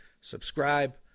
subscribe